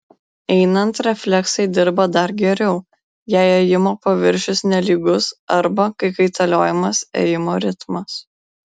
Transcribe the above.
einant refleksai dirba dar geriau jei ėjimo paviršius nelygus arba kai kaitaliojamas ėjimo ritmas